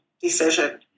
decision